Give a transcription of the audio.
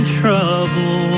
trouble